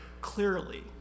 clearly